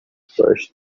first